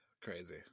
Crazy